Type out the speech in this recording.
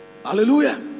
Hallelujah